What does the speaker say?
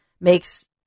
makes